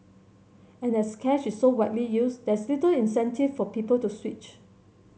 and as cash is so widely used there's little incentive for people to switch